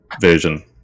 version